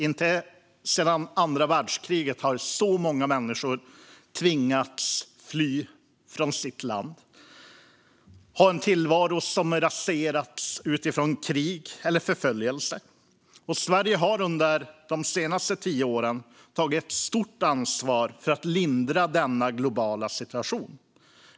Inte sedan andra världskriget har så många människor tvingats fly från sitt land för att tillvaron raserats av krig eller förföljelse. Sverige har de senaste tio åren tagit ett stort ansvar för att lindra denna globala situation.